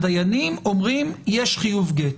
הדיינים אומרים: יש חיוב גט.